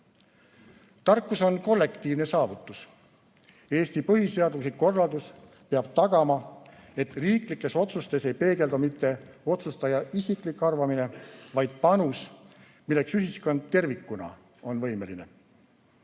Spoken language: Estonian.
Tarkus on kollektiivne saavutus. Eesti põhiseaduslik korraldus peab tagama, et riiklikes otsustes ei peegeldu mitte otsustaja isiklik arvamine, vaid panus, milleks ühiskond tervikuna on võimeline.